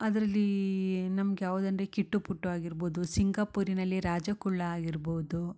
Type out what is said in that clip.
ಅದ್ರಲ್ಲಿ ನಮ್ಗ ಯಾವ್ದು ಅಂದರೆ ಕಿಟ್ಟು ಪುಟ್ಟು ಆಗಿರ್ಬೊದು ಸಿಂಗಪೂರಿನಲ್ಲಿ ರಾಜ ಕುಳ್ಳ ಆಗಿರ್ಬೌದು